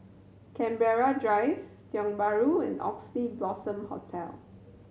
Canberra Drive Tiong Bahru and Oxley Blossom Hotel